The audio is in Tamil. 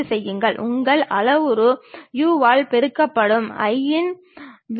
படத்தில் காட்டப்பட்டுள்ளது அந்த பொருளின் இடது பக்க தோற்றம் ஆகும்